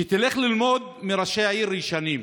שתלך ללמוד מראשי העיר הישנים.